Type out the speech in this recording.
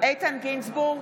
איתן גינזבורג,